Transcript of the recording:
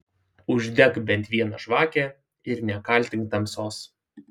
uždek bent vieną žvakę ir nekaltink tamsos